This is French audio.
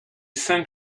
cinq